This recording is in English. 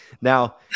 Now